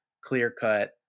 clear-cut